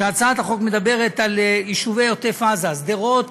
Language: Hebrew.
והצעת החוק מדברת על יישובי עוטף עזה, שדרות